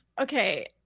okay